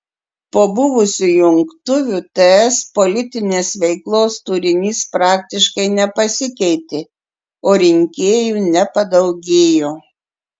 po buvusių jungtuvių ts politinės veiklos turinys praktiškai nepasikeitė o rinkėjų nepadaugėjo